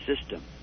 system